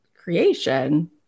creation